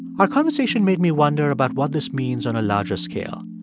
our conversation made me wonder about what this means on a larger scale.